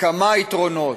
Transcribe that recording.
כמה יתרונות: